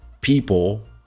people